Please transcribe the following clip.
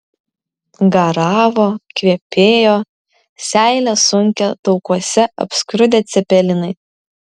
garavo kvepėjo seilę sunkė taukuose apskrudę cepelinai